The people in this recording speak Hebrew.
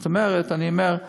זאת אומרת, אני אומר: